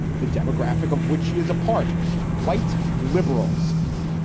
the demographic of which she is a part white liberals.